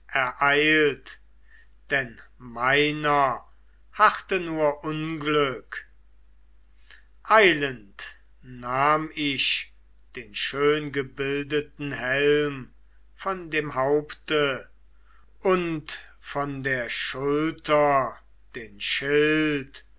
ereilt denn meiner harrte nur unglück eilend nahm ich den schöngebildeten helm von dem haupte und von der schulter den schild